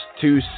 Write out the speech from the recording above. two